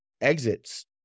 exits